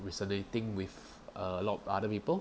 resonating with a lot of other people